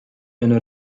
einer